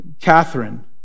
Catherine